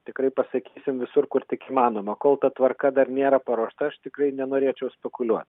tikrai pasakysim visur kur tik įmanoma kol ta tvarka dar nėra paruošta aš tikrai nenorėčiau spekuliuot